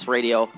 Radio